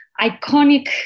iconic